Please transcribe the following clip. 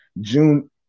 June